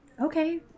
Okay